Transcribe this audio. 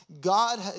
God